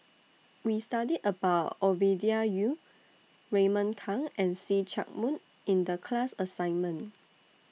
We studied about Ovidia Yu Raymond Kang and See Chak Mun in The class assignment